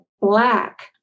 black